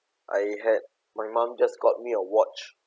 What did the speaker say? I had my mum just got me a watch